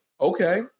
Okay